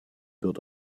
wird